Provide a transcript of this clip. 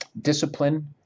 discipline